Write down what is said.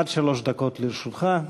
עד שלוש דקות לרשותך.